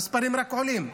המספרים רק עולים.